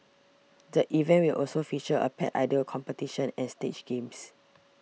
the event will also feature a Pet Idol competition and stage games